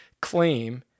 claim